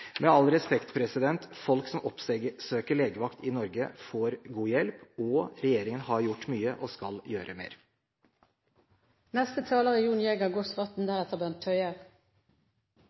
Men all respekt, folk som oppsøker legevakt i Norge, får god hjelp, og regjeringen har gjort mye og skal gjøre mer. Alle norske kommuner er